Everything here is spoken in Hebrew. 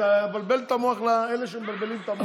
תבלבל את המוח לאלה שמבלבלים את המוח.